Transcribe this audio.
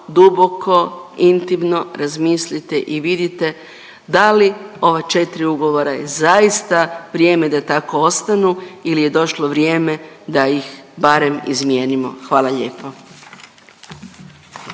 duboko, intimno razmislite i vidite da li ova 4 ugovora zaista vrijeme da tako ostanu ili je došlo vrijeme da ih barem izmijenimo. Hvala lijepo.